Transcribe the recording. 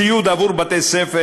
ציוד עבור בתי-ספר,